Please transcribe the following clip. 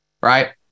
right